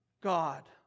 God